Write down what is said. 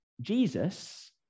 Jesus